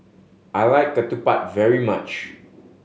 I like ketupat very much